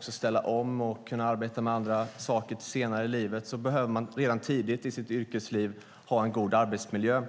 ställa om och arbeta med andra saker senare i livet behöver man redan tidigt i sitt yrkesliv ha en god arbetsmiljö.